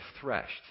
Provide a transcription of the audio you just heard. threshed